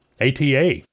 ATA